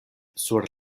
sur